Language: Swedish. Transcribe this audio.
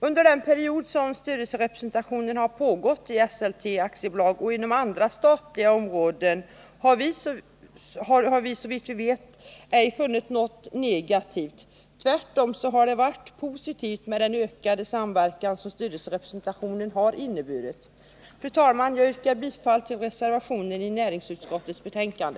Under den period som sådan styrelserepresentation har funnits i Esselte AB och inom andra statliga områden har såvitt vi vet inte något negativt framkommit. Tvärtom har det varit positivt med den ökade samverkan som den statliga styrelserepresentationen har inneburit. Herr talman! Jag yrkar bifall till reservationen vid näringsutskottets betänkande.